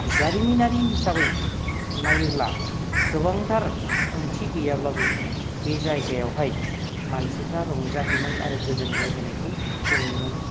जारिमिनारि हिसाबै नायोब्ला गोबांथार ओंथि गैयाब्लाबो बे जायगायावहाय मानसिफ्रा रंजाहैनाय आरो गोजोनग्लायहैनायखौ जों नुनो मोनो